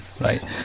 Right